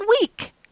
week